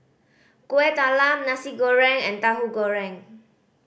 Kueh Talam Nasi Goreng and Tahu Goreng